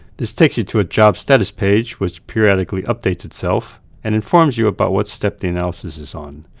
this takes you to a job status page which periodically updates itself and informs you about what step the analysis is on.